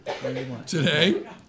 today